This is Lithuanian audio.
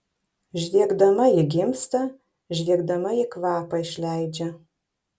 žviegdama ji gimsta žviegdama ji kvapą išleidžia